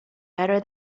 better